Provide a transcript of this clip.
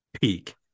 peak